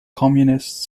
communist